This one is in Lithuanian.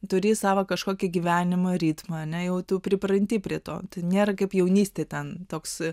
turi savą kažkokį gyvenimo ritmą ane tu jau pripranti prie to nėra kaip jaunystėj ten toks